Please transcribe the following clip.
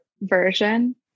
version